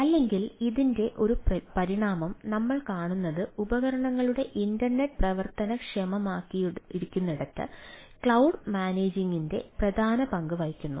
അല്ലെങ്കിൽ ഇതിന്റെ ഒരു പരിണാമം നമ്മൾ കാണുന്നത് ഉപകരണങ്ങളുടെ ഇന്റർനെറ്റ് പ്രവർത്തനക്ഷമമാകുന്നിടത്ത് ക്ലൌഡ് മാനേജിംഗിന്റെ പ്രധാന പങ്ക് വഹിക്കുന്നു